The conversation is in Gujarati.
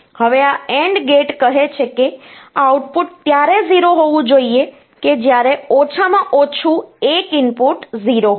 હવે આ AND ગેટ કહે છે કે આ આઉટપુટ ત્યારે 0 હોવું જોઈએ કે જ્યારે ઓછામાં ઓછું એક ઇનપુટ 0 હોય